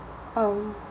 um